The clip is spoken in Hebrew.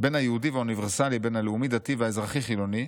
בין היהודי והאוניברסלי ובין הלאומי-דתי והאזרחי-חילוני,